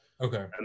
okay